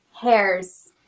hairs